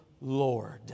Lord